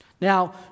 Now